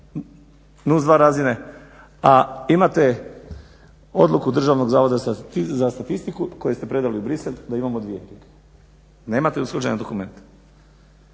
NUTS 2 razine, a imate odluku Državnog zavoda za statistiku koju ste predali u Bruxelles da imamo dvije. Nemate usklađene dokumente.